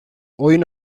oyun